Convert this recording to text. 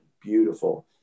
beautiful